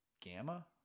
Gamma